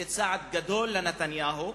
זה צעד גדול לנתניהו,